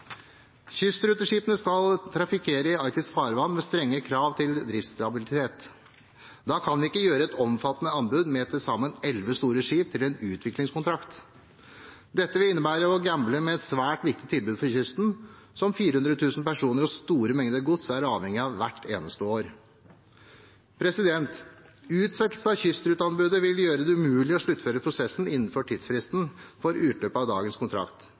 Kystruteskipene skal trafikkere i arktiske farvann med strenge krav til driftsstabilitet. Da kan vi ikke gjøre et omfattende anbud med til sammen elleve store skip til en utviklingskontrakt. Dette vil innebære å gamble med et svært viktig tilbud for kysten, som 400 000 personer og store mengder gods er avhengige av hvert eneste år. En utsettelse av kystruteanbudet vil gjøre det umulig å sluttføre prosessen innenfor tidsfristen for utløpet av dagens kontrakt,